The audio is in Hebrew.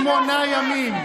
שמונה ימים.